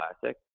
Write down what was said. classic